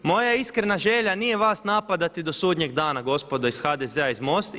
Moja iskrena želja nije vas napadati do sudnjeg dana gospodo iz HDZ-a i MOST-a.